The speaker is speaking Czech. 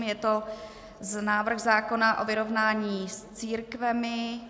Je to návrh zákona o vyrovnání s církvemi.